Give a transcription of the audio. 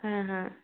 হ্যাঁ হ্যাঁ